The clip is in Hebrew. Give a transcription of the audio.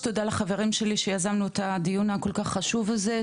תודה לחברים שלי שיזמו איתי את הדיון הכל כך חשוב הזה,